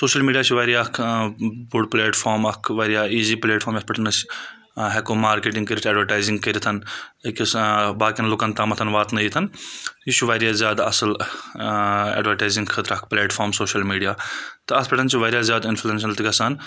social media چھُ واریاہ اکھ بوٚڑ پٕلَیٹ فارَم اکھ واریاہ ایٖزی پٕلَیٹ فارَم یتَھ پؠٹھ أسۍ ہؠکو مارکَیٹِنٛگ کٔرِتھ اَیٚڈوَٹایِزِنٛگ کٔرِتھ أکِس باقِیَن لُکَن تامَتھ واتنٲیِتھ یہِ چھُ واریاہ زیادٕ اَصٕل اَیٚڈوَٹایِزِنٛگ خٲطرٕ اکھ پٕلَیٹ فارَم سوشَل میٖڈیا تہٕ اَتھ پؠٹھ چھُ واریاہ زیادٕ اِنٛفُلَٮ۪نٛشَل تہِ گژھَان